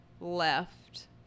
left